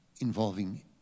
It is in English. Involving